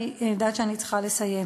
אני יודעת שאני צריכה לסיים,